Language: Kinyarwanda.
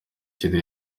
kiri